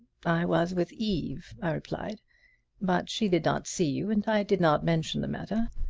i was with eve, i replied but she did not see you and i did not mention the matter.